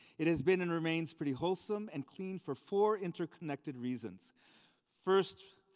it has been and remains pretty wholesome and clean for four interconnected reasons first,